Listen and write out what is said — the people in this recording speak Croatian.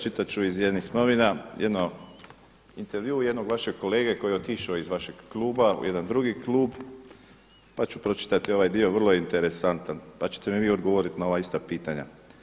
Čitat ću iz jednih novina intervju jednog vašeg kolege koji je otišao iz vašeg kluba u jedan drugi klub, pa ću pročitati ovaj dio vrlo interesantan, pa ćete mi vi odgovoriti na ova ista pitanja.